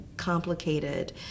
complicated